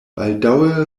baldaŭe